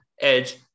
Edge